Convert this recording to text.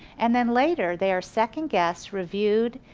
and then later, they are second guessed, reviewed,